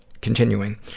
continuing